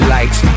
Lights